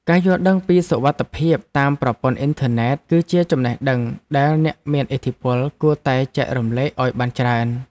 ការយល់ដឹងពីសុវត្ថិភាពតាមប្រព័ន្ធអ៊ីនធឺណិតគឺជាចំណេះដឹងដែលអ្នកមានឥទ្ធិពលគួរតែចែករំលែកឱ្យបានច្រើន។